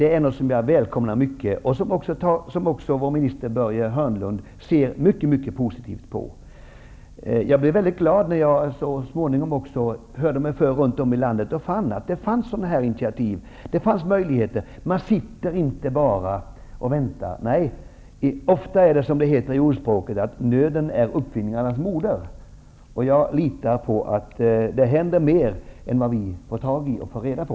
Även arbetsmarknadsminister Börje Hörnlund ser mycket positivt på sådana insatser. Jag blev väldigt glad när jag hörde mig för runt om i landet och fann att det förekom sådana här initiativ. Det fanns möjligheter. Man sitter inte bara och väntar. Ofta är det som det heter i ordspråket: Nöden är uppfinningarnas moder. Jag litar på att det händer mer än vad vi får reda på.